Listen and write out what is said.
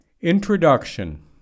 Introduction